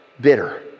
bitter